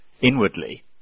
inwardly